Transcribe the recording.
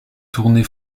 tournée